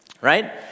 right